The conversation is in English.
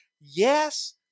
Yes